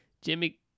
Jimmy